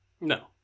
No